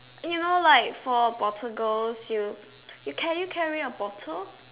you know like for bottle girls you can you carry a bottle